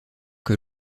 que